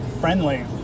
friendly